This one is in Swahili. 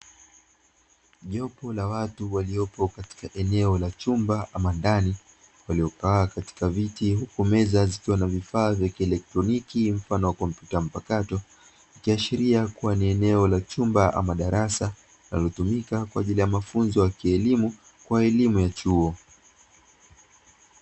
Jopo la watu waliopo katika eneo la chumba ama ndani, waliokaa katika viti huku meza zikiwa na vifaa vya kielektroniki mfano wa kompyuta mpakato ikiashiria kuwa ni eneo la chumba ama darasa linatumika kwa ajili ya mafunzo ya kielimu kwa elimu ya chuo.